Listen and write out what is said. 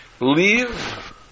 Leave